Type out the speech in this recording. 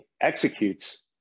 executes